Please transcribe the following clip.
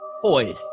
Boy